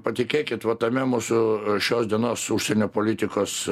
patikėkit va tame mūsų šios dienos užsienio politikos